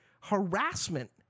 harassment